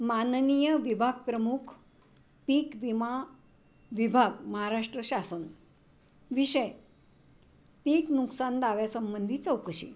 माननीय विभागप्रमुख पीक विमा विभाग महाराष्ट्र शासन विषय पीक नुकसान दाव्यासंबंधी चौकशी